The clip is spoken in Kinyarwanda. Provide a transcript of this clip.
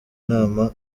nama